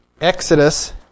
Exodus